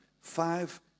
five